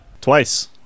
Twice